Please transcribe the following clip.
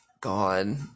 God